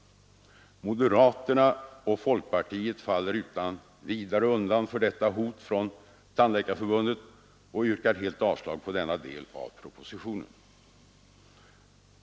Moderaterna och folkpartiet faller utan vidare undan för detta hot från Tandläkarförbundet och yrkar helt avslag på denna del av propositionen.